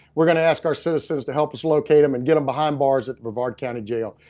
we're going to ask our citizens to help us locate them and get them behind bars at the brevard county jail.